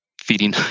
Feeding